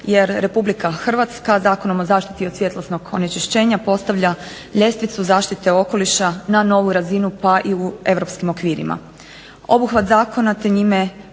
jer Republika Hrvatska Zakonom o zaštiti od svjetlosnog onečišćenja postavlja ljestvicu zaštite okoliša na novu razinu pa i u europskim okvirima. Obuhvat zakona te njime